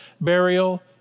burial